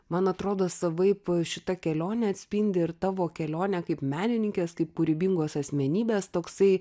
man atrodo savaip šita kelionė atspindi ir tavo kelionę kaip menininkės kaip kūrybingos asmenybės toksai